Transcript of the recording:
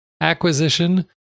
acquisition